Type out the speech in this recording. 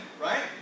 right